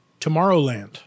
Tomorrowland